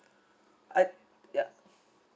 uh ya